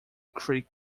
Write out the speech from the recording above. creek